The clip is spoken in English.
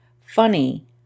Funny